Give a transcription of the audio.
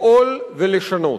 לפעול ולשנות.